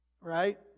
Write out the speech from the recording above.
right